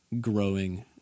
growing